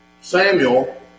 Samuel